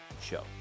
show